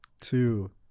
two